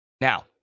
Now